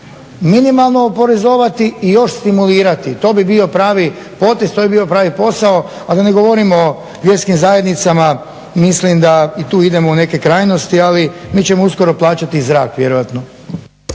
minimalno oporezovati i još stimulirati. To bi bio pravi potez, to bi bio pravi posao a da ne govorim o vjerskim zajednicama mislim da i tu idemo u neke krajnosti. Ali mi ćemo uskoro plaćati i zrak vjerojatno.